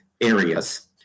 areas